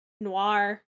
Noir